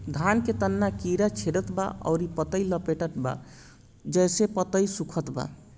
धान के तना के कीड़ा छेदत बा अउर पतई लपेटतबा जेसे पतई सूखत बा?